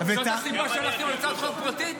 זאת הסיבה שהלכתם להצעת חוק פרטית?